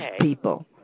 people